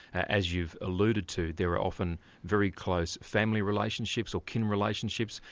as you've alluded to, there are often very close family relationships or kin relationships,